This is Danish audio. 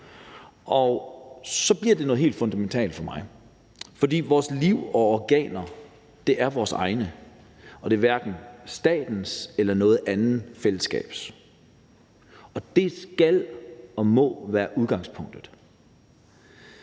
og så bliver det noget helt fundamentalt for mig. For vores liv er vores eget, og vores organer er vores egne; det er hverken statens eller noget andet fællesskabs. Det må og skal være udgangspunktet.